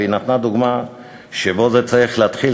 והיא נתנה דוגמה שבה זה צריך להתחיל,